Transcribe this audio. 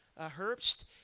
Herbst